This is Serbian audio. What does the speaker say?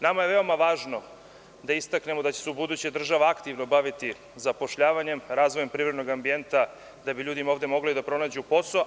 Nama je veoma važno da istaknemo da će se ubuduće država aktivno baviti zapošljavanjem, razvojem privrednog ambijenta, kako bi ljudi ovde mogli da pronađu posao.